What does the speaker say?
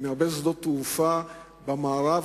במערב,